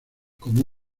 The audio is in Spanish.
como